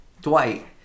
Dwight